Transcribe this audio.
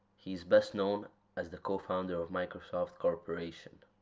he is best known as the co-founder of microsoft corporation.